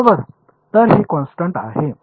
तर हे कॉन्स्टन्ट आहे